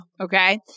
Okay